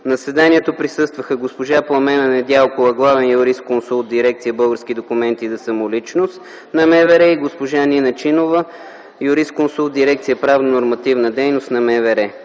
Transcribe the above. заседанието присъстваха госпожа Пламена Недялкова – главен юрисконсулт в Дирекция „Български документи за самоличност” на МВР, и госпожа Нина Чимова – юрисконсулт в Дирекция „Правно-нормативна дейност” на МВР.